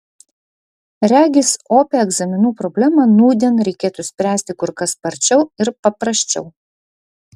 regis opią egzaminų problemą nūdien reikėtų spręsti kur kas sparčiau ir paprasčiau